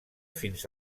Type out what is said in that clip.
fins